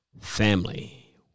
family